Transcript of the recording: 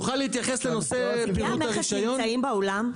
פקידי המכס נמצאים באולם?